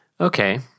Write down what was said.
Okay